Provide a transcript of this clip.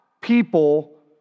people